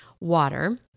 water